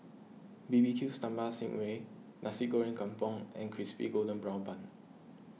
B B Q Sambal Sting Ray Nasi Goreng Kampung and Crispy Golden Brown Bun